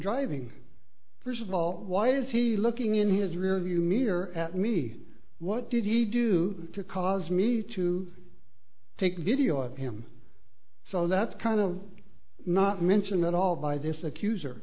driving first of all why is he looking in his rearview mirror at me what did he do to cause me to take video of him so that's kind of not mentioned at all by this accuser